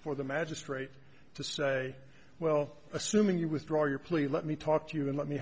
for the magistrate to say well assuming you withdraw your plea let me talk